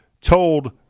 told